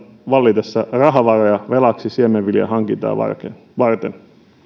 vallitessa rahavaroja velaksi siemenviljan hankintaa varten varten